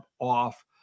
off